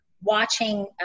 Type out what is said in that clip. Watching